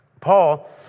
Paul